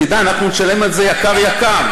תדע, אנחנו נשלם על זה יקר יקר.